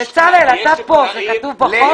בצלאל, אתה פה, זה כתוב בחוק?